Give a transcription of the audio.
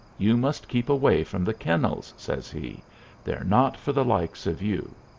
you must keep away from the kennels, says he they're not for the likes of you.